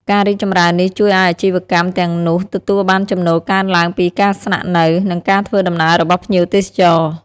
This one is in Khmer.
ការរីកចម្រើននេះជួយឲ្យអាជីវកម្មទាំងនោះទទួលបានចំណូលកើនឡើងពីការស្នាក់នៅ និងការធ្វើដំណើររបស់ភ្ញៀវទេសចរ។